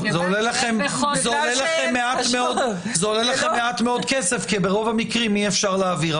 זה עולה לכם מעט מאוד כסף כי ברוב המקרים אי-אפשר להעביר,